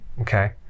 okay